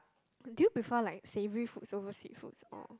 do you prefer like savoury foods over sweet foods or